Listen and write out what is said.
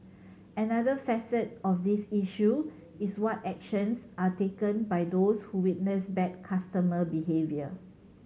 another facet of this issue is what actions are taken by those who witness bad customer behaviour